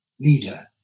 leader